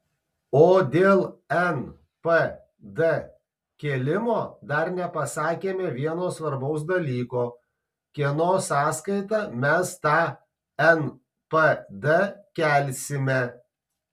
o dėl npd kėlimo dar nepasakėme vieno svarbaus dalyko kieno sąskaita mes tą npd kelsime